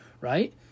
right